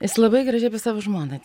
jis labai gražiai apie savo žmoną